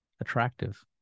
attractive